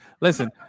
Listen